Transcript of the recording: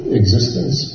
existence